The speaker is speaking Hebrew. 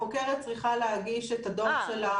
החוקרת צריכה להגיש את הדוח שלה,